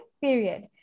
period